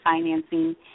financing